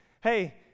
hey